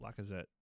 Lacazette